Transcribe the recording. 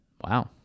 Wow